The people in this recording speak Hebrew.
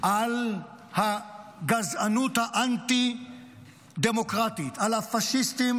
על הגזענות האנטי-דמוקרטית, על הפשיסטים